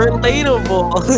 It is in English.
Relatable